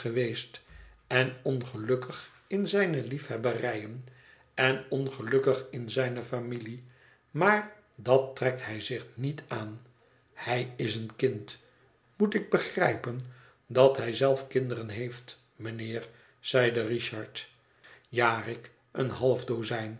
en ongelukkig in zijne liefhebberijen en ongelukkig in zijne familie maar dat trekt hij zich niet aan hij is een kind moet ik begrijpen dat hij zelf kinderen heeft mijnheer zeide richard ja rick een half